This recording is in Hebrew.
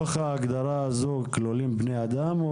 בתוך ההגדרה הזו כלולים גם בני אדם,